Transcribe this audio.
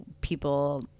people